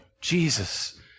Jesus